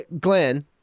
glenn